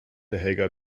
helga